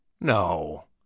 no